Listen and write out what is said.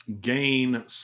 gain